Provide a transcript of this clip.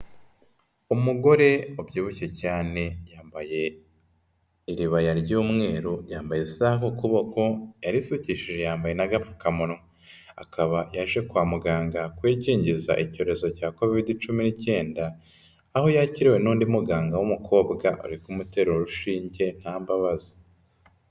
Umugore wabyibushye cyane, yambaye iribaya ry'umweru, yambaye isaha ku kuboko, yarisukishije yambaye n'agapfukamunwa, akaba yaje kwa muganga kwikingiza icyorezo cya kovide cumi n'icyenda, aho yakiriwe n'undi muganga w'umukobwa uri kumutera urushinge nta mbabazi.